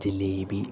jalebi